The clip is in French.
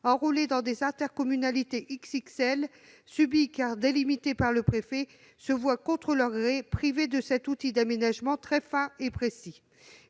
enrôlées dans des intercommunalités « XXL » subies, car délimitées par le préfet, se voient privées contre leur gré de cet outil d'aménagement très fin et précis.